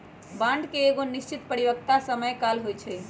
bond के एगो निश्चित परिपक्वता समय काल होइ छइ